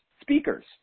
speakers